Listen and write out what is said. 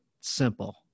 simple